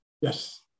Yes